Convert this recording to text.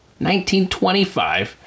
1925